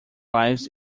lives